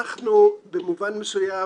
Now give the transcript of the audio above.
אנחנו במובן מסוים,